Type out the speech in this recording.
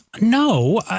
No